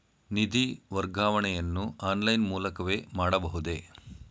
ನಿಧಿ ವರ್ಗಾವಣೆಯನ್ನು ಆನ್ಲೈನ್ ಮೂಲಕವೇ ಮಾಡಬಹುದೇ?